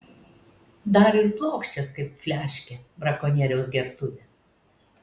dar ir plokščias kaip fliaškė brakonieriaus gertuvė